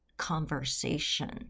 conversation